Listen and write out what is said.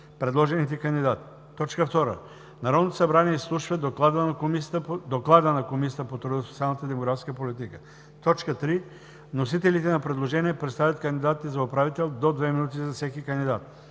предложените кандидати. 2. Народното събрание изслушва доклада на Комисията по труда, социалната и демографската политика. 3. Вносителите на предложения представят кандидатите за управител – до две минути за всеки кандидат.